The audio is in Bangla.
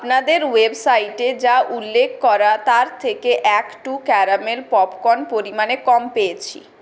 আপনাদের ওয়েবসাইটে যা উল্লেখ করা তার থেকে অ্যাক্ট টু ক্যারামেল পপকর্ন পরিমানে কম পেয়েছি